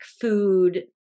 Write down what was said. food